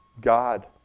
God